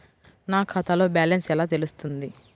నా ఖాతాలో బ్యాలెన్స్ ఎలా తెలుస్తుంది?